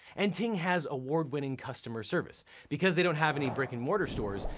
and ting has award-winning customer service. because they don't have any brick and mortar stores,